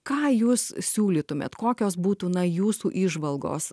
ką jūs siūlytumėt kokios būtų na jūsų įžvalgos